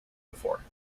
before